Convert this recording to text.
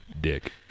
dick